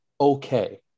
Okay